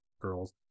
girls